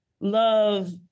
love